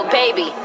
baby